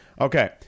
Okay